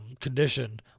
condition